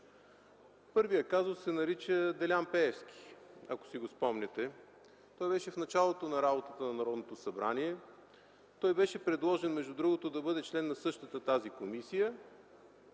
Първият казус се нарича – Делян Пеевски, ако си го спомняте. Той беше в началото на работата на Народното събрание. Между другото, той беше предложен да бъде член на същата тази комисия,